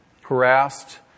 harassed